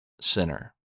sinner